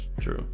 True